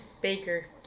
Baker